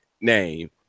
name